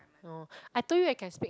orh I told you I can speak